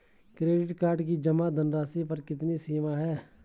Credit card की जमा धनराशि पर कितनी सीमा है?